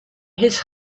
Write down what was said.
his